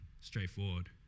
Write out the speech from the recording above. straightforward